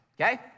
okay